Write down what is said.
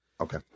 Okay